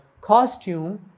costume